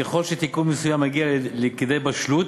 ככל שתיקון מסוים מגיע לכדי בשלות,